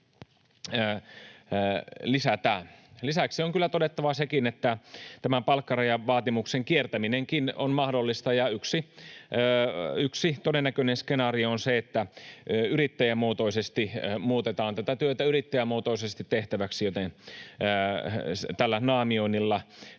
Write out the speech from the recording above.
Lisäksi on kyllä todettava sekin, että tämän palkkarajavaatimuksen kiertäminenkin on mahdollista. Yksi todennäköinen skenaario on se, että muutetaan tätä työtä yrittäjämuotoisesti tehtäväksi, joten tällä naamioinnilla sitten